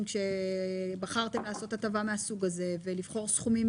כאשר בחרתם לעשות הטבה מהסוג הזה ולבחור סכומים